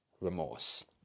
remorse